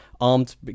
armed